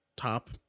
top